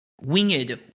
Winged